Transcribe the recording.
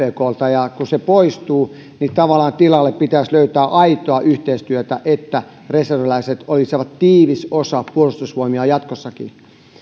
ja kun se poistuu niin tavallaan tilalle pitäisi löytää aitoa yhteistyötä että reserviläiset olisivat tiivis osa puolustusvoimia jatkossakin